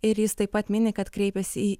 ir jis taip pat mini kad kreipėsi į